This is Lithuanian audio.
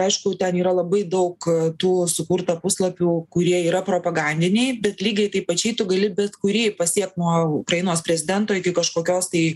aišku ten yra labai daug tų sukurta puslapių kurie yra propagandiniai bet lygiai taip pačiai tu gali bet kurį pasiekt nuo ukrainos prezidento iki kažkokios tai